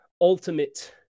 ultimate